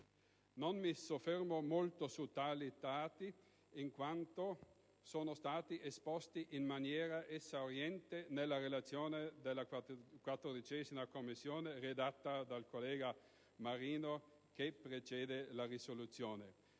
Non mi soffermo molto su tali dati in quanto sono stati esposti in maniera esauriente nella relazione della 14a Commissione permanente, redatta dal collega Marino, che precede la risoluzione.